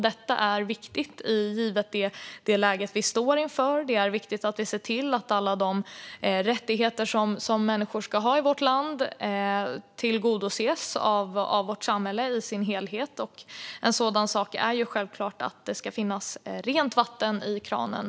Detta är viktigt givet det läge vi står inför. Det är viktigt att vi ser till att alla de rättigheter som människor ska ha i vårt land tillgodoses av vårt samhälle som helhet. En sådan sak är att det ska finnas rent vatten i kranen.